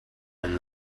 when